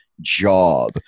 job